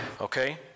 Okay